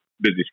busy